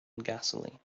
gasoline